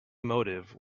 motive